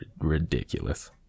Ridiculous